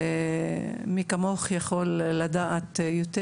מי כמוך יכול לדעת יותר,